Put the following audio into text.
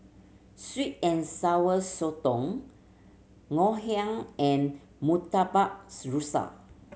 sweet and Sour Sotong Ngoh Hiang and murtabak rusa